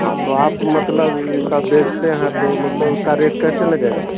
हाँ तो आप मतलब यह सब बेचते हैं तो मतलब उसका रेट कैसे लगेगा